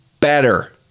better